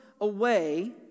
away